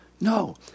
No